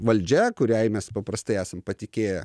valdžia kuriai mes paprastai esam patikėję